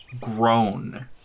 grown